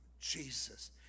Jesus